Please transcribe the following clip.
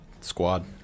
squad